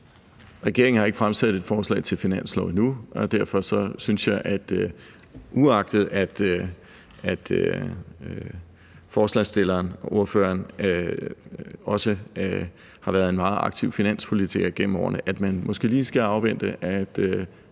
Regeringen har ikke fremsat et forslag til finanslov nu, og derfor synes jeg – uagtet at ordføreren for forslagsstillerne også har været en meget aktiv finanspolitiker gennem årene – at man måske lige skal afvente, at